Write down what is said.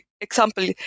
example